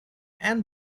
and